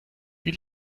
die